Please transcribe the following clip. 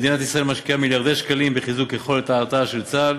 מדינת ישראל משקיעה מיליארדי שקלים בחיזוק יכולת ההרתעה של צה"ל